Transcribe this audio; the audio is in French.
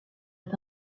est